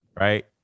right